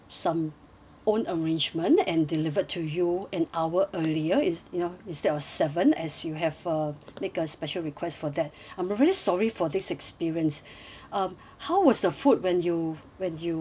own arrangement and delivered to you an hour earlier ins~ you know instead of seven as you have uh make a special request for that I'm really sorry for this experience um how was the food when you when you um